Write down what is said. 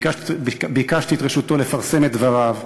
ביקשתי את רשותו לפרסם את דבריו,